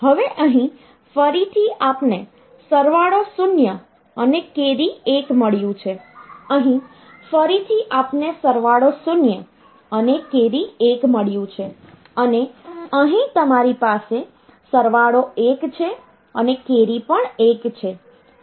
હવે અહીં ફરીથી આપને સરવાળો 0 અને કેરી 1 મળ્યું છેઅહીં ફરીથી આપને સરવાળો 0 અને કેરી 1 મળ્યું છે અને અહીં તમારી પાસે સરવાળો 1 છે અને કેરી પણ 1 છે